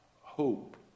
hope